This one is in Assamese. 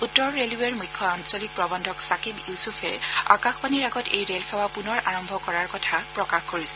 উত্তৰ ৰেলৱেৰ মুখ্য আঞ্চলিক প্ৰৱন্ধক ছাকিব ইউছুফে আকাশবাণীৰ আগত এই ৰেলসেৱা পূনৰ আৰম্ভ কৰা কথা প্ৰকাশ কৰিছে